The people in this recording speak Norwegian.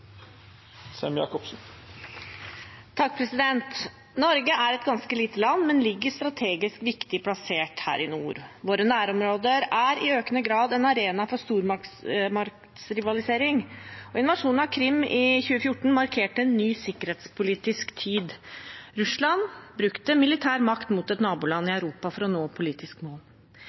Norge er et ganske lite land, men ligger strategisk viktig plassert her i nord. Våre nærområder er i økende grad en arena for stormaktsrivalisering, og invasjonen av Krim i 2014 markerte en ny sikkerhetspolitisk tid. Russland brukte militær makt mot et naboland i Europa for å nå politiske mål.